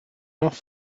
off